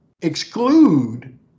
exclude